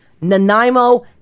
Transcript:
Nanaimo